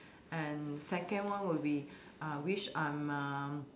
and second one will be uh wish I'm a